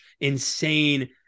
insane